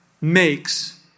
makes